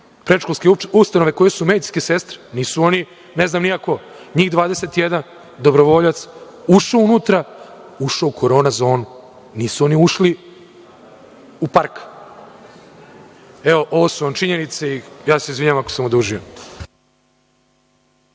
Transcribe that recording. predškolske ustanove koje su medicinske sestre. Nisu one ne znam ni ja ko. Njih 21 dobrovoljac ušao unutra, ušao u Korona zonu. Nisu oni ušli u park. Evo, ovo su vam činjenice. Ja se izvinjavam ako sam odužio.